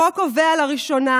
החוק יקבע לראשונה